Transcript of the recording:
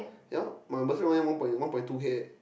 ya my bursary only one point one point two K